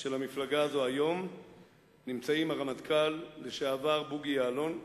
של המפלגה הזאת היום נמצאים הרמטכ"ל לשעבר בוגי יעלון,